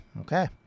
okay